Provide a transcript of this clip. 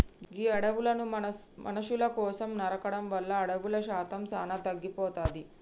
గీ అడవులను మనుసుల కోసం నరకడం వల్ల అడవుల శాతం సానా తగ్గిపోతాది